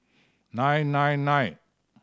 nine nine nine